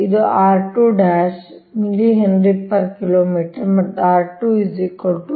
ಇದು r 2 mH Km ಮತ್ತು r₂ٰ 0